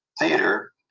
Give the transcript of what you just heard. Theater